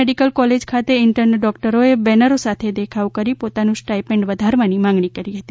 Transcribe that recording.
medical college ખાતે intern ડોકટરોએ banner સાથે દેખાવો કરીને પોતાનું સ્ટાઈપે ઠ્ઠ વધારવા માગણી કરી હતી